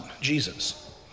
Jesus